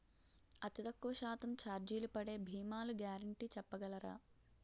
అతి తక్కువ శాతం ఛార్జీలు పడే భీమాలు గ్యారంటీ చెప్పగలరా?